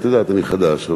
את יודעת, אני חדש.